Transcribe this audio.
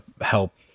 help